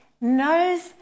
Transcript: knows